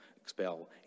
expel